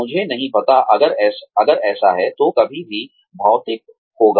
मुझे नहीं पता अगर ऐसा है तो कभी भी भौतिक होगा